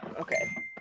Okay